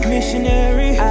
Missionary